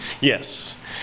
Yes